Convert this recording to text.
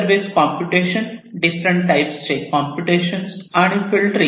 service computation different types चे computation आणि filtering